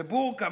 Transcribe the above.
בבורקה,